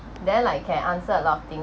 then like can answer a lot of thing